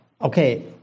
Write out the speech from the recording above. Okay